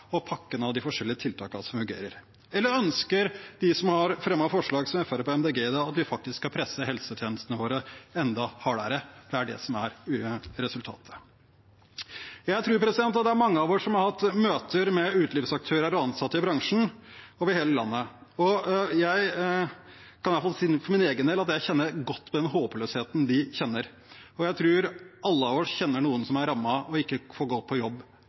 pakken av de forskjellige tiltakene som fungerer. Eller ønsker de som har fremmet forslag, som Fremskrittspartiet og Miljøpartiet De Grønne i dag, at vi faktisk skal presse helsetjenestene våre enda hardere? Det er det som er resultatet. Jeg tror det er mange av oss som har hatt møter med utelivsaktører og ansatte i bransjen over hele landet. For min egen del kan jeg i hvert fall si at jeg kjenner godt på den håpløsheten de kjenner. Jeg tror vi alle kjenner noen som er rammet og ikke får gå på jobb